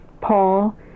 Paul